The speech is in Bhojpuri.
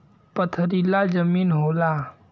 पथरीला जमीन होला